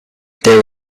their